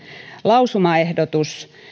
lausumaehdotus